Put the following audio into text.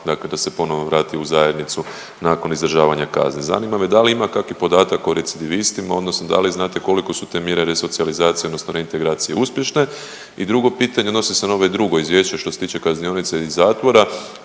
dakle da se ponovo vrati u zajednicu nakon izdržavanja kazne. Zanima me da li ima kakvih podataka o recidivistima odnosno da li znate koliko su te mjere resocijalizacije odnosno reintegracije uspješne. I drugo pitanje odnosi se na ovo drugo izvješće što se tiče kaznionice i zatvora,